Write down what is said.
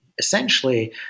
Essentially